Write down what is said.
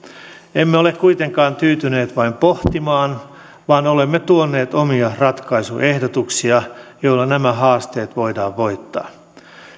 emme ole kuitenkaan tyytyneet vain pohtimaan vaan olemme tuoneet omia ratkaisuehdotuksia joilla nämä haasteet voidaan voittaa